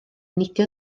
neidio